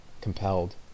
compelled